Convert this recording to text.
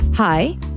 Hi